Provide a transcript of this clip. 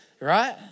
right